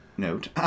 Note